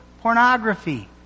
pornography